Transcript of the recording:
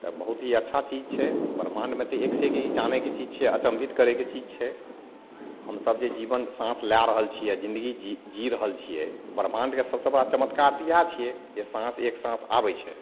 तब बहुत ही अच्छा चीज छै ब्रह्माण्डमे तऽ एक से एक चीज जानैके चीज छै अचम्भित करैके चीज छै हमसब जे जीबन साँस लाए रहल छियै आ जिन्दगी जी जी रहल छियै ब्रह्माण्ड के सबसे बड़ा चमत्कार तऽ इहए छियै जे साँस एक साथ आबै छै